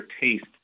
taste